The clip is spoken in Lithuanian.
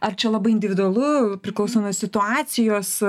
ar čia labai individualu priklauso nuo situacijos